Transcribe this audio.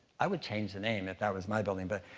i would change the name if that was my building, but